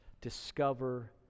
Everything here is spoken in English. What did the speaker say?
discover